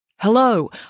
Hello